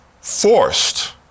forced